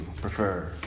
prefer